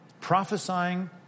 Prophesying